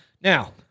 Now